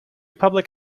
public